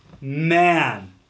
man